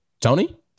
Tony